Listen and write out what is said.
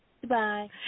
Goodbye